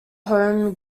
home